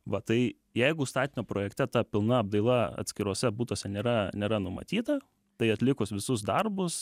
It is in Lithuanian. va tai jeigu statinio projekte ta pilna apdaila atskiruose butuose nėra nėra numatyta tai atlikus visus darbus